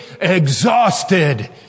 exhausted